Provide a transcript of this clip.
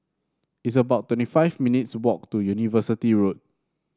it's about twenty five minutes' walk to University Road